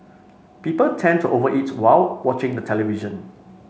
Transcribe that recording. people tend to over eat while watching the television